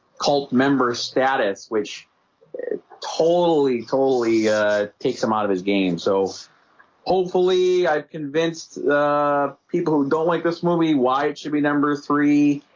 cult member status which totally totally takes him out of his game. so hopefully i've convinced people who don't like this movie why it should be number three